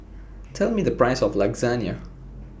Tell Me The Price of